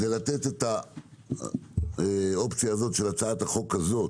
זה לתת את האופציה של הצעת החוק הזו